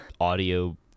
audio